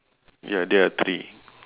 ya there are three